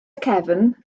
cefn